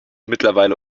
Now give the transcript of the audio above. mittlerweile